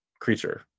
creature